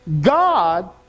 God